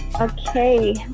Okay